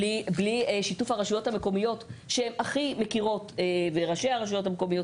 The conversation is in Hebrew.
בלי שיתוף הרשויות המקומיות ראשי הרשויות המקומיות,